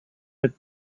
had